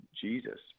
Jesus